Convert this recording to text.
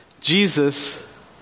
Jesus